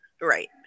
right